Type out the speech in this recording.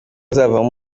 azavamo